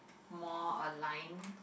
more align